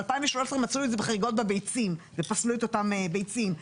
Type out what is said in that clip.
ב- 2013 מצאו את זה בחריגות בביצים ופסלו את אותם ביצים,